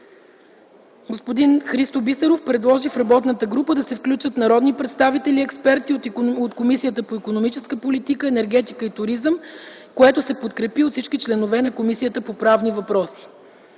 Господин Христо Бисеров предложи в работната група да се включат народни представители и експерти от Комисията по икономическа политика, енергетика и туризъм, което се подкрепи от членовете на Комисията по правни въпроси.